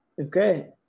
Okay